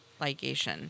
ligation